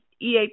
EAP